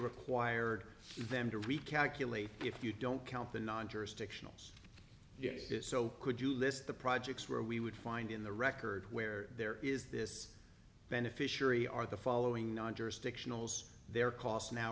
required them to recalculate if you don't count the non jurisdictional yes it so could you list the projects where we would find in the records where there is this beneficiary are the following their costs now